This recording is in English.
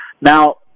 Now